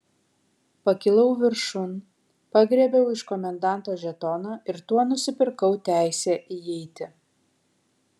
pakilau viršun pagriebiau iš komendanto žetoną ir tuo nusipirkau teisę įeiti